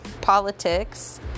politics